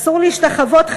אסור להשתחוות,